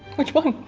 which one?